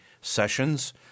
sessions